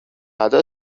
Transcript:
other